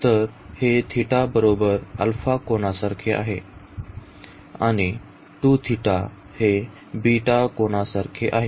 तर हे θ बरोबर अल्फा कोनासारखे आहे आणि 2θ बीटा कोनासारखे आहे